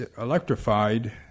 electrified